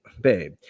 babe